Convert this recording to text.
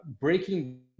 breaking